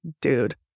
dude